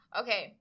okay